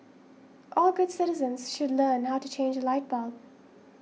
all good citizens should learn how to change a light bulb